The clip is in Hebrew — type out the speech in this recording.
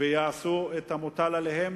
ויעשו את המוטל עליהם,